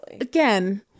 again